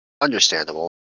Understandable